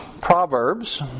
Proverbs